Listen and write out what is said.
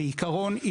בעיקרון,